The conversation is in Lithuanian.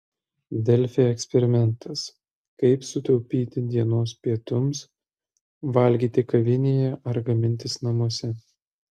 delfi eksperimentas kaip sutaupyti dienos pietums valgyti kavinėje ar gamintis namuose